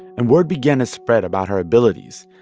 and word began to spread about her abilities.